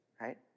right